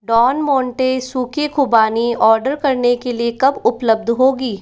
don Monte सूखे खुबानी order करने के लिए कब उपलब्ध होगी